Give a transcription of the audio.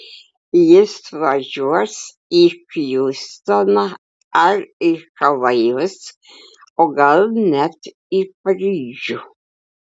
jis važiuos į hjustoną ar į havajus o gal net į paryžių